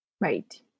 Right